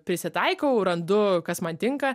prisitaikau randu kas man tinka